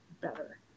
better